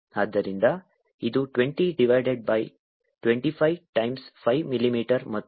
ಆದ್ದರಿಂದ ಇದು 20 divided by 25 times 5 mm ಮತ್ತು ಅದು 4 mm ಆಗುತ್ತದೆ